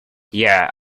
yea